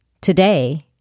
Today